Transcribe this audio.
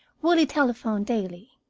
willie telephoned daily.